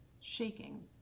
Shaking